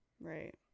Right